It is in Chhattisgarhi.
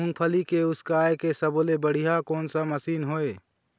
मूंगफली के उसकाय के सब्बो ले बढ़िया कोन सा मशीन हेवय?